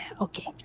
Okay